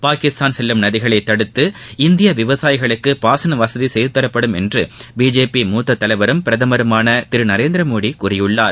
பாகிஸ்தான் செல்லும் நதிகளை தடுத்து இந்திய விவசாயிகளுக்கு பாசன வசதி செய்து தரப்படும் என்று பிஜேபி மூத்த தலைவரும் பிரதமருமான திரு நரேந்திரமோடி கூறியுள்ளார்